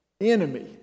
enemy